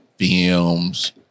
films